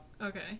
Okay